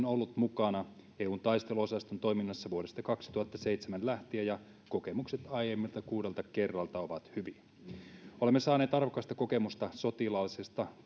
ollut mukana eun taisteluosaston toiminnassa vuodesta kaksituhattaseitsemän lähtien ja kokemukset aiemmilta kuudelta kerralta ovat hyviä olemme saaneet arvokasta kokemusta sotilaallisesta